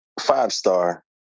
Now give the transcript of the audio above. five-star